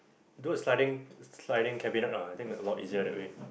do a sliding sliding cabinet ah I think a lot easier that way